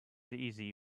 easy